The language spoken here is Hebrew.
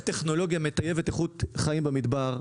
טכנולוגיה מטייבת איכות חיים במדבר.